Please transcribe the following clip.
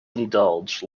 indulged